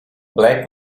black